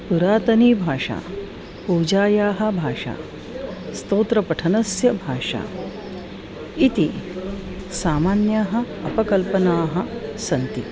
पुरातनी भाषा पूजायाः भाषा स्तोत्रपठनस्य भाषा इति सामान्याः अपकल्पनाः सन्ति